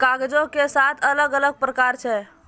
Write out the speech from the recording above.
कागजो के सात अलग अलग प्रकार छै